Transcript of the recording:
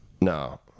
no